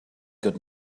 good